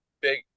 big